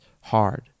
hard